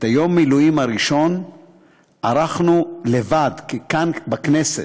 את יום המילואים הראשון ערכנו לבד, כאן, בכנסת.